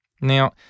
Now